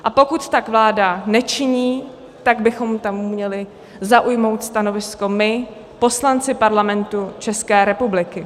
A pokud tak vláda nečiní, tak bychom k tomu měli zaujmout stanovisko my, poslanci Parlamentu České republiky.